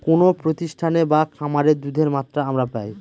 কোনো প্রতিষ্ঠানে বা খামারে দুধের মাত্রা আমরা পাই